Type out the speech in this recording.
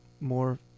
more